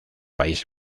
país